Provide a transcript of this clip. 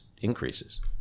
increases